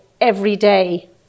everyday